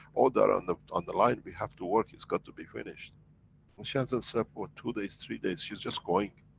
all they're on the on the line we have to work, it's got to be finished, and she hasn't slept for two days, days she's just going.